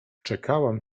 czekałam